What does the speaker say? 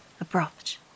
abrupt